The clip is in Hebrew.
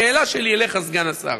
השאלה שלי אליך, סגן השר: